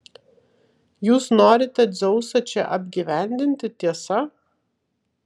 jūs norite dzeusą čia apgyvendinti tiesa